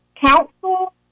council